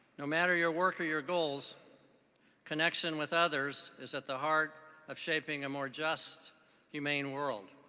no matter your work or your goals connection with others is at the heart of shaping a more just humane world.